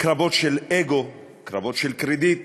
קרבות של אגו, קרבות של קרדיט,